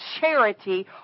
charity